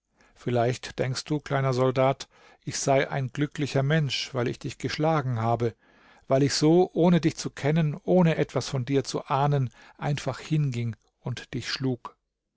vielleicht denkst du kleiner soldat ich sei ein glücklicher mensch weil ich dich geschlagen habe weil ich so ohne dich zu kennen ohne etwas von dir zu ahnen einfach hinging und dich schlug